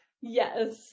Yes